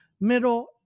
middle